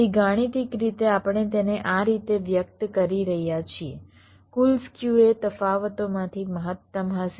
તેથી ગાણિતિક રીતે આપણે તેને આ રીતે વ્યક્ત કરી રહ્યા છીએ કુલ સ્ક્યુ એ તફાવતોમાંથી મહત્તમ હશે